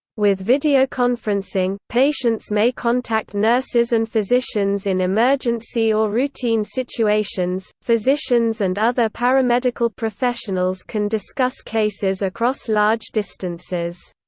with videoconferencing, patients may contact nurses and physicians in emergency or routine situations physicians and other paramedical professionals can discuss cases across large distances.